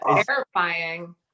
terrifying